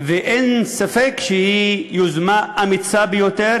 ואין ספק שהיא יוזמה אמיצה ביותר,